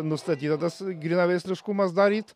nustatyta tas grynaveisliškumas daryt